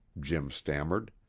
jim stammered.